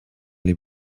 les